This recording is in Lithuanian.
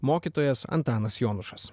mokytojas antanas jonušas